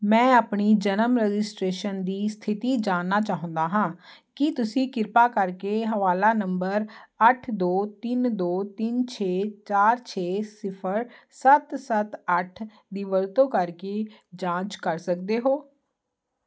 ਮੈਂ ਆਪਣੀ ਜਨਮ ਰਜਿਸਟ੍ਰੇਸ਼ਨ ਦੀ ਸਥਿਤੀ ਜਾਣਨਾ ਚਾਹੁੰਦਾ ਹਾਂ ਕੀ ਤੁਸੀਂ ਕਿਰਪਾ ਕਰਕੇ ਹਵਾਲਾ ਨੰਬਰ ਅੱਠ ਦੋ ਤਿੰਨ ਦੋ ਤਿੰਨ ਛੇ ਚਾਰ ਛੇ ਸਿਫਰ ਸੱਤ ਸੱਤ ਅੱਠ ਦੀ ਵਰਤੋਂ ਕਰਕੇ ਜਾਂਚ ਕਰ ਸਕਦੇ ਹੋ